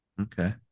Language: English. Okay